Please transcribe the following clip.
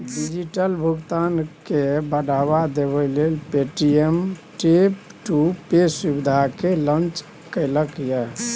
digital भुगतान केँ बढ़ावा देबै लेल पे.टी.एम टैप टू पे सुविधा केँ लॉन्च केलक ये